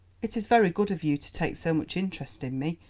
it is very good of you to take so much interest in me,